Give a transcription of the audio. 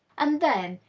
and then,